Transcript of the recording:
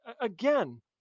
Again